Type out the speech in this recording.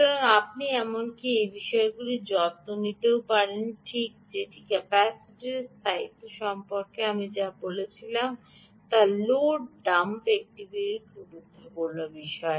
সুতরাং আপনি এমনকি এই বিষয়গুলির যত্ন নিতেও পারেন ঠিক এটি ক্যাপাসিটরের স্থায়িত্ব সম্পর্কে আমি যা বলতে চেয়েছিলাম লোড ডাম্প একটি গুরুত্বপূর্ণ বিষয়